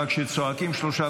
אבל כשצועקים שלושה,